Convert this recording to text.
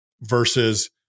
versus